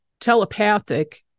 telepathic